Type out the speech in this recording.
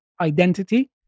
identity